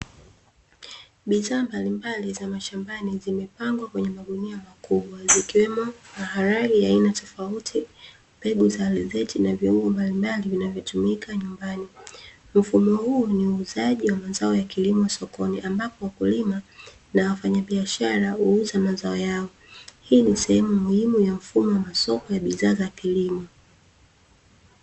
Bidhaa mbalimbali za mashambani zimepangwa kwenye magunia makubwa zikiwemo maharage ya aina tofauti, mbegu za alizeti, na viungo mbalimbali vinavyotumika nyumbani. Mfumo huu ni uuzaji wa mazao ya kilimo sokoni ambapo wakulima na wafanyabiashara huuza mazao yao; hii ni sehemu muhimu ya mfumo wa masoko ya bidhaa za kilimo.